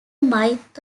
myth